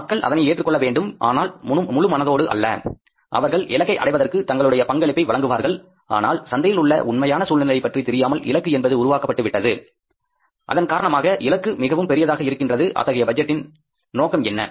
மக்கள் அதனை ஏற்றுக் கொள்ள வேண்டும் ஆனால் முழுமனதோடு அல்ல அவர்கள் இலக்கை அடைவதற்கு தங்களுடைய பங்களிப்பை வழங்குவார்கள் ஆனால் சந்தையில் உள்ள உண்மையான சூழ்நிலையைப் பற்றி தெரியாமல் இலக்கு என்பது உருவாக்கப்பட்டுவிட்டது அதன் காரணமாக இலக்கு மிகவும் பெரியதாக இருக்கின்றது அத்தகைய பட்ஜெட்டில் நோக்கம் என்ன